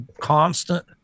constant